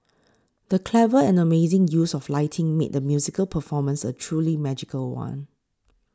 the clever and amazing use of lighting made the musical performance a truly magical one